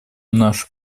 нашу